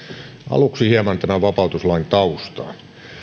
aluksi hieman tämän vapautuslain taustaa